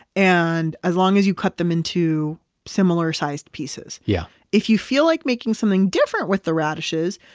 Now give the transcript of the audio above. and as long as you cut them into similar sized pieces yeah if you feel like making something different with the radishes,